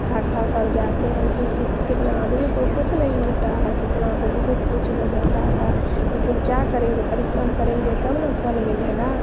खा खाकर जाते हैं जबकि कितना आदमी को कुछ नहीं होता है कितना को बहुत कुछ हो जाता है लेकिन क्या करेंगे परिश्रम करेंगे तब न फल मिलेगा